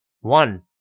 One